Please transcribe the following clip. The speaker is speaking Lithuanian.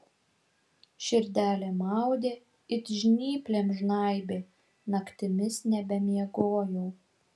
širdelė maudė it žnyplėm žnaibė naktimis nebemiegojau